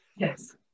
Yes